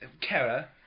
Kara